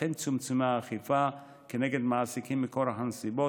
אכן צומצמה האכיפה כנגד מעסיקים מכורח הנסיבות,